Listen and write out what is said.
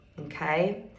okay